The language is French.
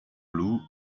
loup